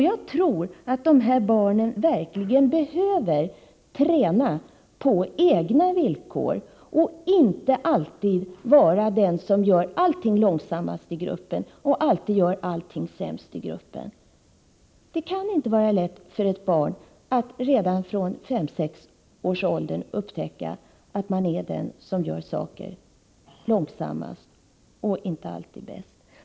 Jag tror att de här barnen verkligen behöver träna på egna villkor och inte alltid vara de som gör allting långsammast och sämst i gruppen. Det kan inte vara lätt för ett barn att redan från 5-6-årsåldern upptäcka att man är den som gör saker långsammast och sällan bäst.